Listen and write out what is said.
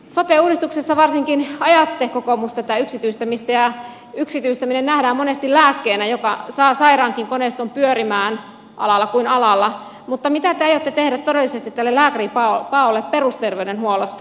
sote uudistuksessa varsinkin ajatte kokoomus tätä yksityistämistä ja yksityistäminen nähdään monesti lääkkeenä joka saa sairaankin koneiston pyörimään alalla kuin alalla mutta mitä te aiotte tehdä todellisesti tälle lääkäripaolle perusterveydenhuollossa